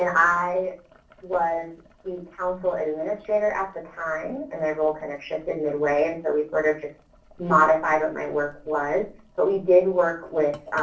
i was the council and administrator at the time, and my role kind of shifted midway, and so we sort of just modified what my work was. but we did work with